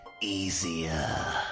easier